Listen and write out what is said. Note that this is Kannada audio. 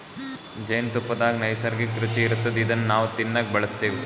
ಜೇನ್ತುಪ್ಪದಾಗ್ ನೈಸರ್ಗಿಕ್ಕ್ ರುಚಿ ಇರ್ತದ್ ಇದನ್ನ್ ನಾವ್ ತಿನ್ನಕ್ ಬಳಸ್ತಿವ್